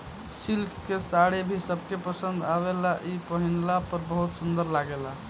silk के साड़ी भी सबके पसंद आवेला इ पहिनला पर बहुत सुंदर लागेला